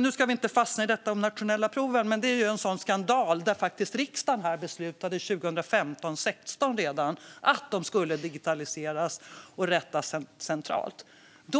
Nu ska vi inte fastna i de nationella proven, men det är en skandal att riksdagen redan 2015/16 beslutade att de skulle digitaliseras och rättas centralt.